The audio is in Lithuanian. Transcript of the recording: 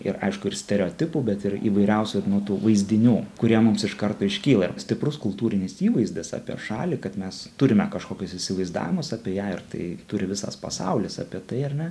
ir aišku ir stereotipų bet ir įvairiausių nu tų vaizdinių kurie mums iš karto iškyla stiprus kultūrinis įvaizdis apie šalį kad mes turime kažkokius įsivaizdavimus apie ją ir tai turi visas pasaulis apie tai ar ne